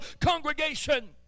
congregation